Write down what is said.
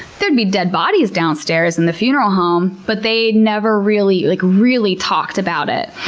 there'd be dead bodies downstairs in the funeral home but they'd never really, like really, talked about it.